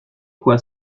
quoi